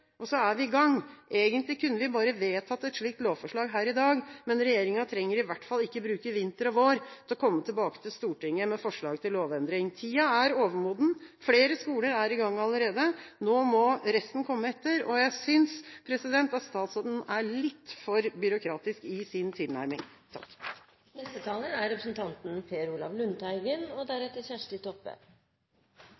og så er vi i gang. Egentlig kunne vi bare vedtatt et slikt lovforslag her i dag, men regjeringa trenger i hvert fall ikke bruke vinter og vår på å komme tilbake til Stortinget med forslag til lovendring. Tida er overmoden. Flere skoler er i gang allerede. Nå må resten komme etter. Og jeg synes at statsråden er litt for byråkratisk i sin tilnærming.